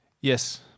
Yes